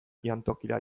jantokira